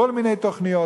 כל מיני תוכניות.